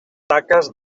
taques